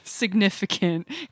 significant